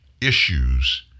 issues